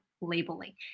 labeling